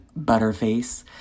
butterface